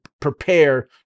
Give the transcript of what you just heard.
prepare